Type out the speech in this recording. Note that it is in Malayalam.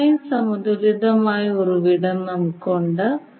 പൂർണ്ണമായും സമതുലിതമായ ഉറവിടം നമുക്കുണ്ട്